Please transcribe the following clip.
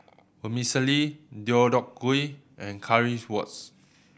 Vermicelli Deodeok Gui and Currywurst